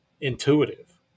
intuitive